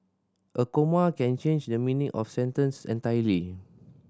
a comma can change the meaning of a sentence entirely